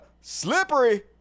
slippery